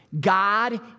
God